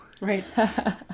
Right